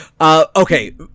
okay